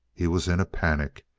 he was in a panic.